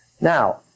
Now